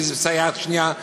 אם זה סייעת שנייה בגני-ילדים,